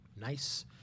nice